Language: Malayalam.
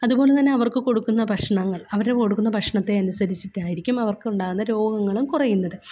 അതുപോലെ തന്ന അവർക്ക് കൊടുക്കുന്ന ഭക്ഷണങ്ങൾ അവർക്ക് കൊടുക്കുന്ന ഭക്ഷണത്തെ അനുസരിച്ചിട്ടായിരിക്കും അവർക്കുണ്ടാകുന്ന രോഗങ്ങളും കുറയുന്നത്